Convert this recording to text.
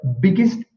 biggest